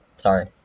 Sorry